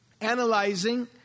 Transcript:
analyzing